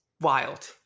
wild